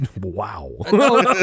wow